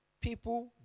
people